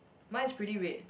mine is pretty red